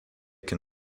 can